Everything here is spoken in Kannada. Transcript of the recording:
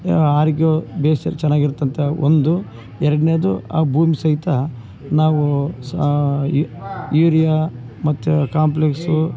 ಆರೋಗ್ಯವು ಭೇಷ್ ಚೆನ್ನಾಗ್ ಇರ್ತಂತ ಒಂದು ಎರಡನೇದು ಆ ಭೂಮಿ ಸಹಿತಾ ನಾವು ಸಹ ಯು ಯೂರಿಯಾ ಮತ್ತು ಕಾಂಪ್ಲೇಕ್ಸು